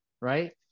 Right